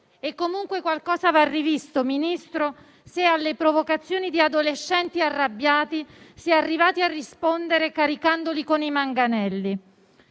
Ministro, qualcosa va rivisto se alle provocazioni di adolescenti arrabbiati si è arrivati a rispondere caricandoli con i manganelli.